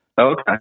okay